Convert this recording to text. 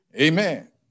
Amen